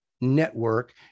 network